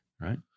Right